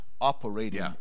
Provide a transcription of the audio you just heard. operating